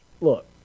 look